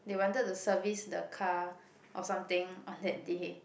they wanted to service the car or something on that day